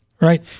Right